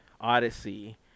Odyssey